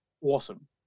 Awesome